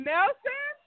Nelson